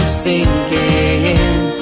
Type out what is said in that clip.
sinking